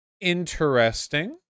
Interesting